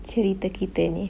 cerita kita ni